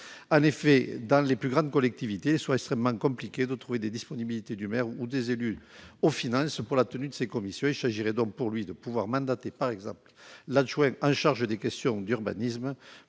En effet, dans les plus grandes collectivités, il est souvent extrêmement compliqué de trouver des disponibilités du maire ou de l'élu aux finances pour la tenue de ces commissions. Il s'agirait donc pour lui de pouvoir mandater, par exemple, l'adjoint chargé des questions d'urbanisme